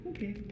Okay